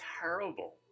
terrible